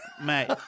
Mate